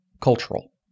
cultural